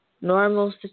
normal